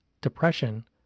depression